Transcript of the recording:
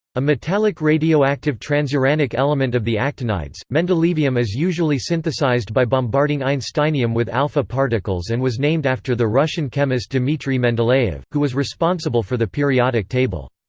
a metallic radioactive transuranic element of the actinides, mendelevium is usually synthesized by bombarding einsteinium with alpha particles and was named after the russian chemist dmitri mendeleev, who was responsible for the periodic table.